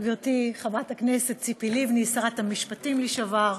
גברתי חברת הכנסת ציפי לבני, שרת המשפטים לשעבר,